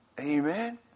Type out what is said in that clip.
amen